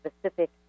specific